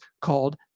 called